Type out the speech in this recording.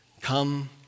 come